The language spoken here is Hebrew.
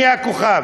אני הכוכב.